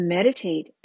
Meditate